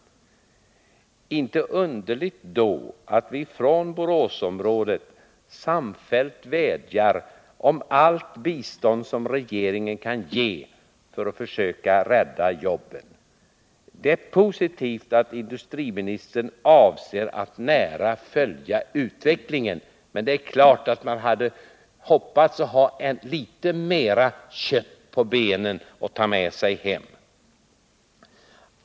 Det är inte underligt då att vi från Boråsområdet samfällt vädjar om allt bistånd som regeringen kan ge för att försöka rädda jobben. Det är positivt att industriministern avser att nära följa utvecklingen. Men det är klart att man hade hoppats på att ha litet mer kött på benen att ta med sig hem.